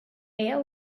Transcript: air